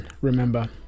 Remember